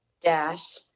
dash